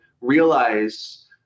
realize